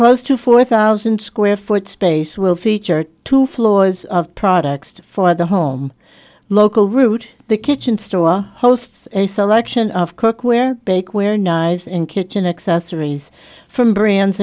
close to four thousand square foot space will feature two floors of products for the home local route the kitchen store hosts a selection of cookware bakeware knives and kitchen accessories from brands